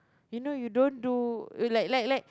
you know you don't do like like like